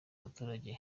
abaturage